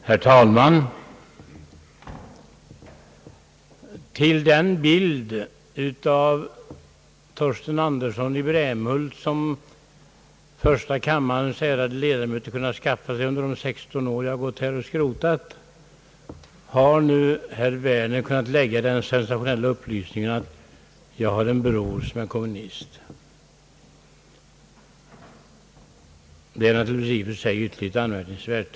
Herr talman! Till den bild av Torsten Andersson i Brämhult som första kammarens ärade ledamöter kunnat skaffa sig under de 16 år jag gått här och skrotat har nu herr Werner kunnat lägga den »sensationella» upplysningen att jag har en bror som är kommunist. Det är naturligtvis i och för sig ytterligt anmärkningsvärt.